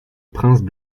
prince